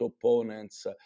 opponents